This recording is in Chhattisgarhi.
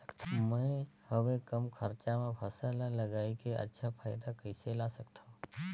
मैं हवे कम खरचा मा फसल ला लगई के अच्छा फायदा कइसे ला सकथव?